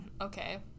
Okay